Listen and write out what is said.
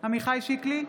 עמיחי שיקלי,